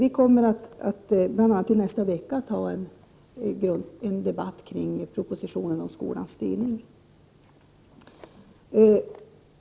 I nästa vecka kommer bl.a. en debatt kring propositionen om skolans styrning.